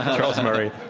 charles murray.